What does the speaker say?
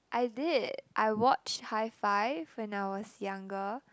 I did I watched Hi Five when I was younger